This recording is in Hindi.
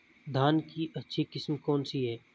धान की अच्छी किस्म कौन सी है?